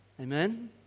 Amen